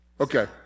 Okay